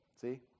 see